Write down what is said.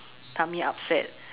tummy upset